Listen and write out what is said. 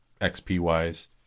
XP-wise